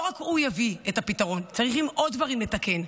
לא רק הוא יביא את הפתרון, צריך עוד דברים לתקן,